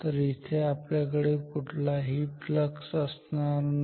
तर इथे आपल्याकडे कुठला काही फ्लक्स असणार नाही